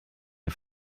wir